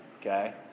okay